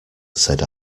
said